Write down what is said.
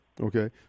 okay